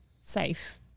safe